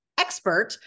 expert